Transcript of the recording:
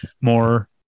more